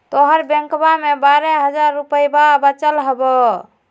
तोहर बैंकवा मे बारह हज़ार रूपयवा वचल हवब